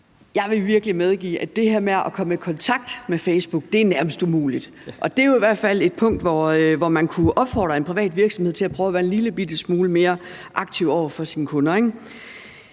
det her med at komme i kontakt med Facebook nærmest er umuligt. Det er jo i hvert fald et punkt, hvor man kunne opfordre en privat virksomhed til at prøve at være en lillebitte smule mere aktiv over for sine kunder.